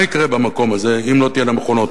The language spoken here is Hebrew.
מה יקרה במקום הזה אם לא תהיינה מכונות?